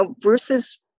Bruce's